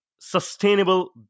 sustainable